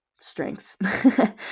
strength